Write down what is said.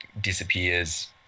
disappears